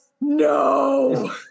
No